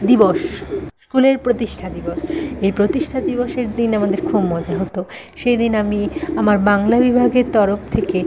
দিবস স্কুলের প্রতিষ্ঠা দিবস এই প্রতিষ্ঠা দিবসের দিন আমাদের খুব মজা হতো সেদিন আমি আমার বাংলা বিভাগের তরফ থেকে